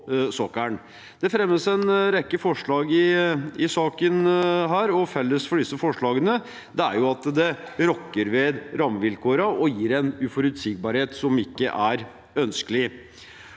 Det fremmes en rekke forslag i saken, og felles for disse forslagene er at det rokker ved rammevilkårene og gir en uforutsigbarhet som ikke er ønskelig.